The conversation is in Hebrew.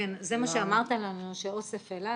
זה מה שאמרת לנו, שאוסף אילת